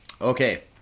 Okay